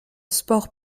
sport